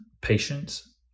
patience